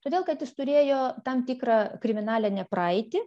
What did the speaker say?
todėl kad jis turėjo tam tikrą kriminalinę praeitį